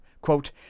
quote